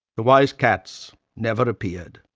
the wise cats never appeared.